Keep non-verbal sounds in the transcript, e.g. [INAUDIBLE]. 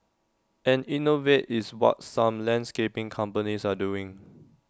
and innovate is what some landscaping companies are doing [NOISE]